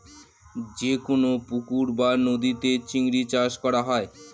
যেকোনো পুকুর বা নদীতে চিংড়ি চাষ করা হয়